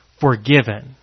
forgiven